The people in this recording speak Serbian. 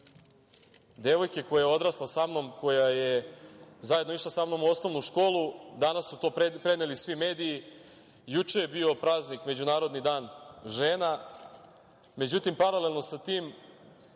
devojke koja je odrasla sa mnom, koja je zajedno sa mnom išla u osnovnu školu, danas su to preneli svi mediji, juče je bio praznik Međunarodni dan žena, međutim, paralelno sa tim